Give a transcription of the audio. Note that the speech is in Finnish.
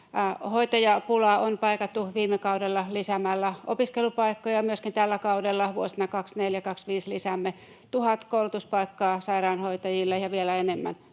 Hoitajapulaa on paikattu viime kaudella lisäämällä opiskelupaikkoja, myöskin tällä kaudella vuosina 24—25 lisäämme tuhat koulutuspaikkaa sairaanhoitajille ja vielä enemmän